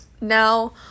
now